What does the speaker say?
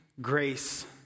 grace